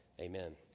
amen